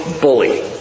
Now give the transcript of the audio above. bully